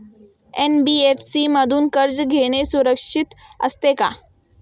NBFC मधून कर्ज घेणे सुरक्षित असते का?